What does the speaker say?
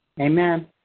Amen